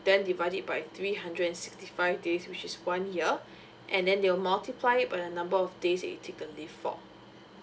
then divide it by three hundred and sixty five days which is one year and then they will multiply it by the number of days that you take the leave for